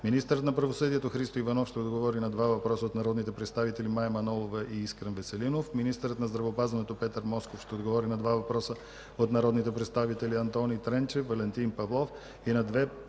Министърът на правосъдието Христо Иванов ще отговори на 2 въпроса от народните представители Мая Манолова и Искрен Веселинов. Министърът на здравеопазването Петър Москов ще отговори на два въпроса от народните представители Антони Тренчев, Валентин Павлов и на две